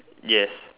yes